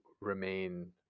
remain